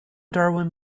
darwin